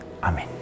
Amen